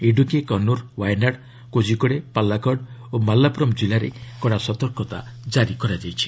ଇଡ଼ୁକି କନ୍ନର ୱାୟାନାଡ୍ କୋଜିକୋଡେ ପାଲାକଡ୍ ଓ ମାଲାପୁରମ୍ ଜିଲ୍ଲାରେ କଡ଼ା ସତର୍କତା ଜାରି କରାଯାଇଛି